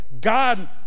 god